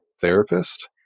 therapist